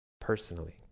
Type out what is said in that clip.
personally